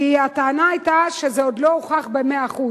כי, הטענה היתה שזה עוד לא הוכח ב-100%.